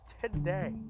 today